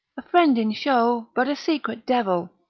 a friend in show, but a secret devil,